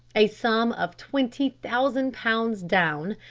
a sum of twenty thousand pounds down,